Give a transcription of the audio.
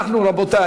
רבותי,